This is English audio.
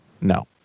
No